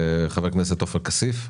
חבר הכנסת עופר כסיף.